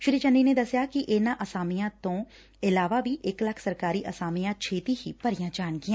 ਸ੍ਰੀ ਚੰਨੀ ਨੈ ਦਸਿਆ ਕਿ ਇਨਾਂ ਅਸਾਮੀਆਂ ਤੋਂ ਇਲਾਵਾ ਵੀ ਇਕ ਲੱਖ ਸਰਕਾਰੀ ਅਸਾਮੀਆਂ ਛੇਤੀ ਹੀ ਭਰੀਆ ਜਾਣਗੀਆਂ